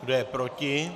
Kdo je proti?